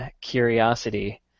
curiosity